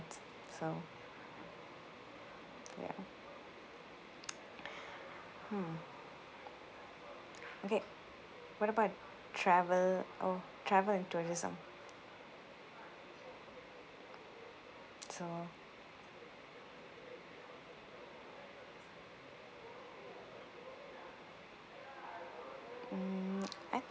so ya hmm okay what about travel oh travel and tourism so mm I